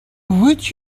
would